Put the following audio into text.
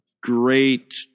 great